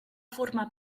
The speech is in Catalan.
formar